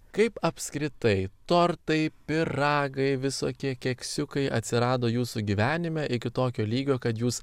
kaip apskritai tortai pyragai visokie keksiukai atsirado jūsų gyvenime iki tokio lygio kad jūs